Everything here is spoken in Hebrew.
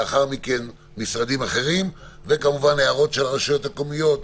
לאחר מכן משרדים אחרים וכמובן הערות של הרשויות המקומיות,